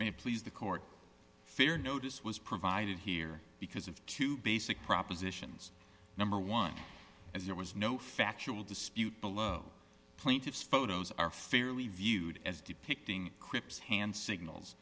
may please the court fair notice was provided here because of two basic propositions number one as there was no factual dispute below plaintiff's photos are fairly viewed as depicting cripps hand signals